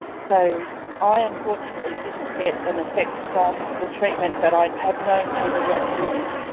so i unfortunately didn't get an effect from the treatment, but i have known people that do.